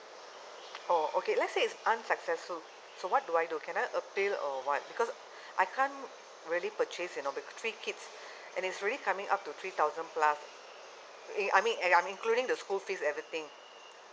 oh okay let's say it's unsuccessful so what do I do can I appeal or what because I can't really purchase you know because three kids and it's really coming up to three thousand plus in I mean I mean including the school fees everything